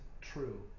true